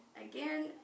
again